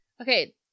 Okay